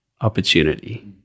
opportunity